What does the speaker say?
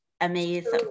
amazing